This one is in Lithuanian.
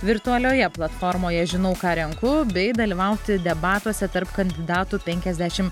virtualioje platformoje žinau ką renku bei dalyvauti debatuose tarp kandidatų penkiasdešimt